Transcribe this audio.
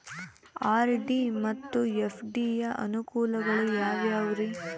RD ಮತ್ತು FD ಯ ಅನುಕೂಲಗಳು ಯಾವ್ಯಾವುರಿ?